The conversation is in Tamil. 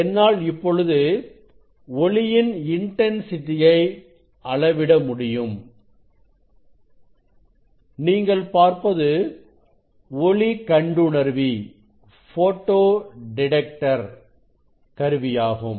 என்னால் இப்பொழுது ஒளியின் இன்டன்சிட்டியை அளவிட முடியும் நீங்கள் பார்ப்பது ஒளி கண்டுணர்வி கருவியாகும்